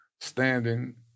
standing